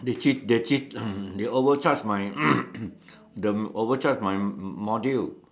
they sit they sit they overcharge my the they overcharge my module